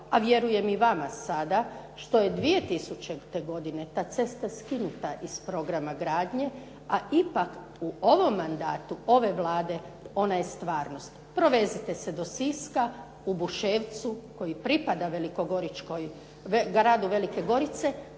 a vjerujem i vama sada, što je 2000. godine ta cesta skinuta iz programa gradnje, a ipak u ovom mandatu ove Vlade, ona je stvarnost. Provezite se do Siska, u Buševcu koji pripada Velikogoričkoj,